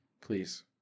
Please